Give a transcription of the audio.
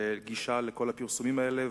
גישה לכל הפרסומים האלה.